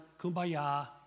kumbaya